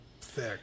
thick